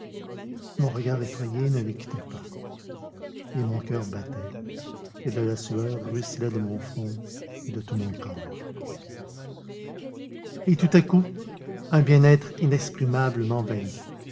mon regard effrayé ne le quittait pas et mon coeur battait et de la sueur ruisselait de mon front et de tout mon corps et tout à coup un bien-être inexprimable m'envahit